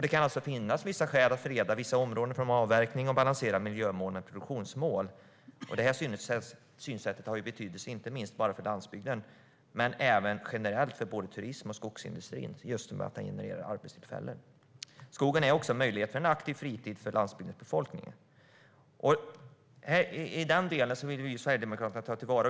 Det kan alltså finnas vissa skäl att freda vissa områden från avverkning och balansera miljömål med produktionsmål. Detta synsätt har betydelse inte minst för landsbygden men även generellt för både turismen och skogsindustrin just när det gäller arbetstillfällen. Skogen ger också möjlighet till en aktiv fritid för landsbygdens befolkning. Denna del vill vi sverigedemokrater ta till vara.